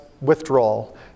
withdrawal